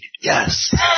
yes